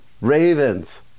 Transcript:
Ravens